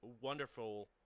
wonderful